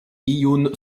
iun